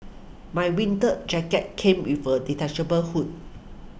my winter jacket came with a detachable hood